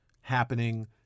happening